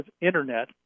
Internet